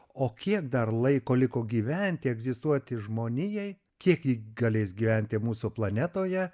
o kiek dar laiko liko gyventi egzistuoti žmonijai kiek ji galės gyventi mūsų planetoje